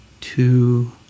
two